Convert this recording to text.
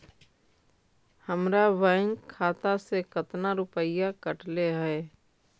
हमरा बैंक खाता से कतना रूपैया कटले है?